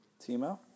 Timo